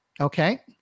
Okay